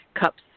Cups